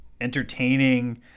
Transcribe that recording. entertaining